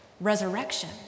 resurrection